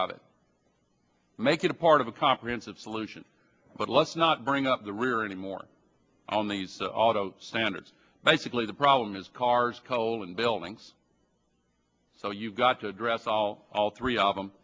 of it make it a part of a comprehensive solution but let's not bring up the rear any more on these auto standards basically the problem is cars coal and buildings so you've got to address all all three of them